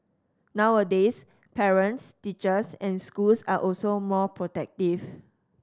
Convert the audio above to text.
nowadays parents teachers and schools are also more protective